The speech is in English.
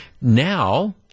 Now